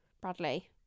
Bradley